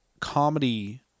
comedy